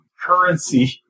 currency